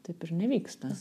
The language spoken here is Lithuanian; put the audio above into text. taip ir nevyksta